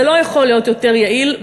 זה לא יכול להיות יותר יעיל,